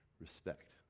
Respect